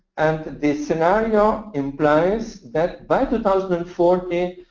and the scenario implies that by two thousand and forty,